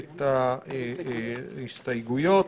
את ההסתייגויות.